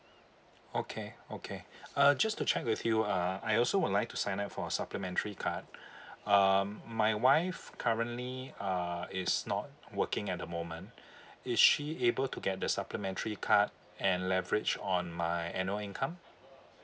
okay okay uh just to check with you uh I also would like to sign up for supplementary card um my wife currently uh is not working at the moment is she able to get the supplementary card and leverage on my annual income